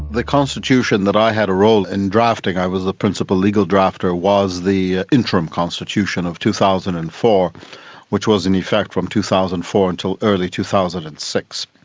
the constitution that i had a role in drafting, i was the principal legal drafter, was the interim constitution of two thousand and four which was in effect from two thousand and four until early two thousand and six.